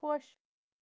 خۄش